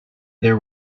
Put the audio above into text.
there